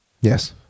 Yes